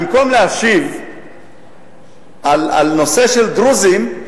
במקום להשיב על נושא של דרוזים,